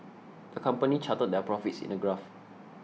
the company charted their profits in the graph